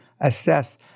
assess